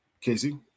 Casey